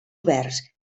oberts